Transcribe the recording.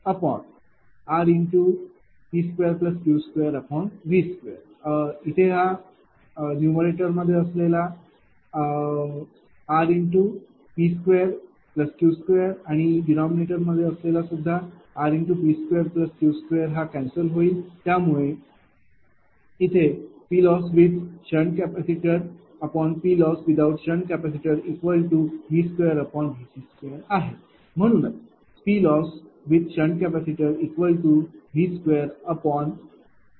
म्हणूनच PLosswith SCV2Vc2×PLosswithout SC आहे